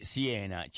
Siena